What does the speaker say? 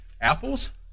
apples